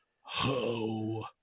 ho